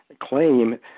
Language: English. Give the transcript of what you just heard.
claim